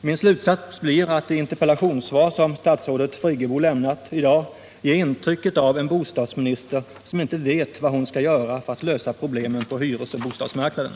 Min slutsats blir att det interpellationssvar som statsrådet Friggebo lämnat i dag ger intryck av en bostadsminister som inte vet vad hon skall göra för att lösa problemen på hyresoch bostadsmarknaden.